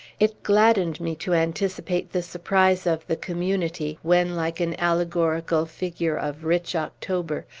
it gladdened me to anticipate the surprise of the community, when, like an allegorical figure of rich october,